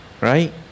Right